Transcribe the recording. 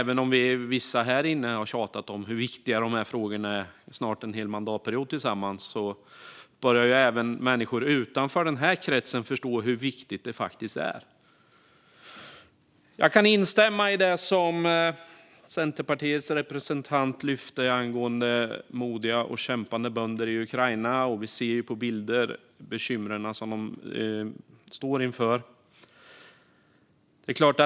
Vissa av oss här inne har tjatat om hur viktiga de här frågorna är i snart en hel mandatperiod, men nu börjar även människor utanför den här kretsen förstå hur viktigt detta faktiskt är. Jag kan instämma i det som Centerpartiets representant lyfte fram angående modiga och kämpande bönder i Ukraina. Vi ser på bilder de bekymmer som de står inför.